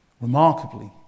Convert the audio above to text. Remarkably